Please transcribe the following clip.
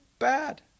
bad